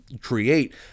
Create